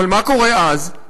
אבל מה קורה אז?